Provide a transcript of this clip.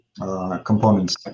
components